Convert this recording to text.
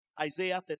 Isaiah